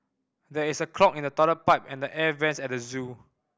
there is a clog in the toilet pipe and the air vents at the zoo